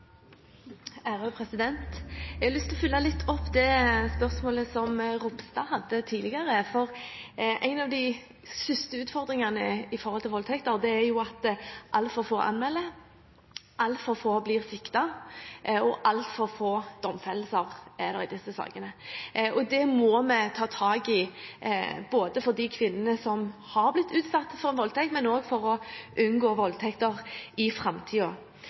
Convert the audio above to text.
Jeg har lyst til å følge opp litt det spørsmålet som Ropstad stilte tidligere. En av de største utfordringene med voldtekter er at altfor få anmelder, at altfor få blir siktet, og at det er altfor få domfellelser i disse sakene. Det må vi ta tak i, både med tanke på de kvinnene som har blitt usatt for voldtekt, og for å unngå voldtekter i